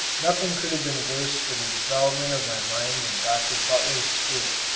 nothing could have been worse for the development of my mind than dr. butler's school,